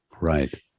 Right